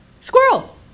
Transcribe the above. Squirrel